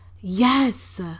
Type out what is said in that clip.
Yes